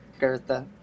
Gertha